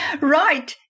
Right